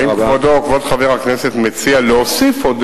האם כבודו, כבוד חבר הכנסת, מציע להוסיף עוד,